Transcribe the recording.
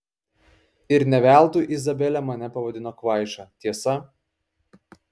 ir ne veltui izabelė mane pavadino kvaiša tiesa